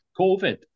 COVID